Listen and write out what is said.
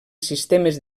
sistemes